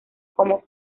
como